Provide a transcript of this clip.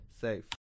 safe